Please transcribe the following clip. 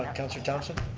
and councillor thomsen?